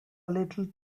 little